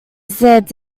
set